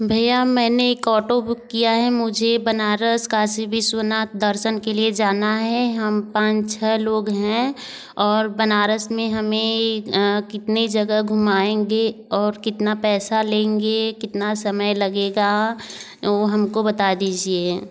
भैया मैंने एक ऑटो बुक किया है मुझे बनारस काशी विश्वनाथ दर्शन के लिए जाना है हम पाँच छः लोग है और बनारस में हमें कितने जगह घूमाएँगे और कितना पैसा लेंगे कितना समय लगेगा वो हमको बता दीजिए